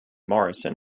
morrison